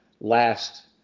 last